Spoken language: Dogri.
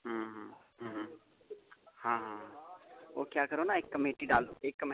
हां और क्या करो ना एक कमेटी डालो एक